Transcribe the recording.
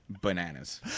bananas